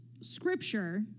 Scripture